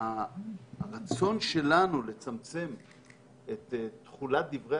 הרצון שלנו לצמצם את תחולת דברי